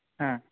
হ্যাঁ